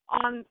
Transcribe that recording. on